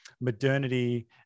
modernity